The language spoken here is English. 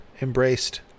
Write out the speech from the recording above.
embraced